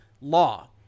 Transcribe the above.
law